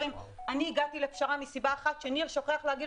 אני הגעתי לפשרה מסיבה אחת שניר שפר שוכח להגיד